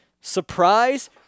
Surprise